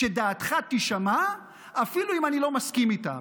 שדעתך תישמע אפילו אם אני לא מסכים איתה,